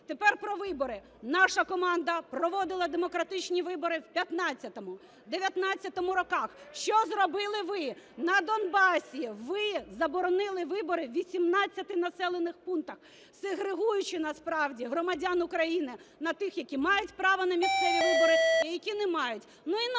Тепер про вибори. Наша команда проводила демократичні вибори в 15-му, в 19-му роках. Що зробили ви? На Донбасі ви заборонили вибори в 18 населених пунктах, сегрегуючи насправді громадян України на тих, які мають право на місцеві вибори і які не мають.